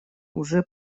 уже